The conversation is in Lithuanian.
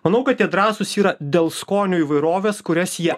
manau kad tie drąsūs yra dėl skonių įvairovės kurias jie